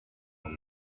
are